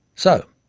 so,